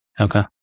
Okay